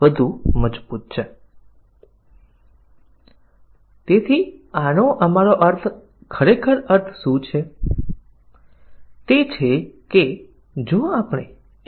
તેથી હું અહીં જે કહું છું તે છે કે જો c 1 અને c 2 અથવા c 3 જો આ સ્થિતિ છે ત્યાં સુધી આ સાચી સાચી સાચી અને ખોટી ખોટી ખોટી છે આમાંથી બે જ મૂળભૂત સ્થિતિ પરીક્ષણ પ્રાપ્ત કરશે